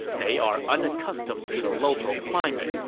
they are unaccustomed to the local climate,